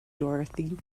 dorothy